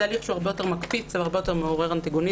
זה הליך שהוא הרבה יותר מקפיץ והרבה יותר מעורר אנטגוניזם.